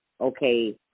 okay